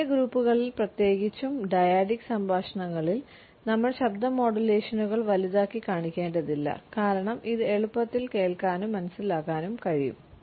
ചെറിയ ഗ്രൂപ്പുകളിൽ പ്രത്യേകിച്ചും ഡയാഡിക് സംഭാഷണങ്ങളിൽ ഞങ്ങൾ ശബ്ദ മോഡുലേഷനുകൾ വലുതാക്കി കാണിക്കേണ്ടതില്ല കാരണം ഇത് എളുപ്പത്തിൽ കേൾക്കാനും മനസ്സിലാക്കാനും കഴിയും